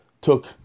took